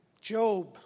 Job